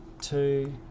two